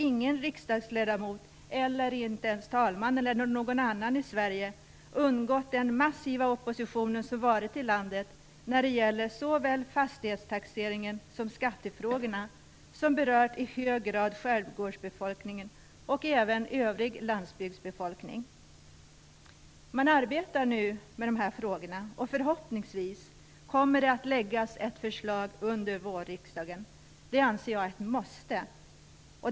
Ingen riksdagsledamot, och inte heller talmannen eller någon annan i Sverige, har väl undgått den massiva opposition som förekommit i landet när det gäller såväl fastighetstaxeringen som skattefrågorna. Detta har i hög grad berört skärgårdsbefolkningen, och det har även berört övrig landsbygdsbefolkning. Man arbetar nu med dessa frågor. Förhoppningsvis kommer det att läggas fram ett förslag under vårriksdagen. Det anser jag vara ett måste.